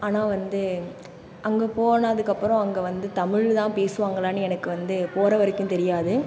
ஆனால் வந்து அங்கே போனதுக்கப்பறம் அங்கே வந்து தமிழ்தான் பேசுவாங்களான்னு எனக்கு வந்து போகிறவரைக்கும் தெரியாது